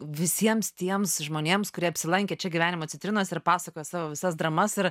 visiems tiems žmonėms kurie apsilankė čia gyvenimo citrinos ir pasakoja savo visas dramas ir